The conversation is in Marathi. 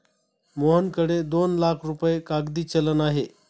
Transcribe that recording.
मोहनकडे दोन लाख रुपये कागदी चलन आहे